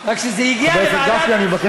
אני עברתי